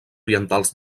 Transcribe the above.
orientals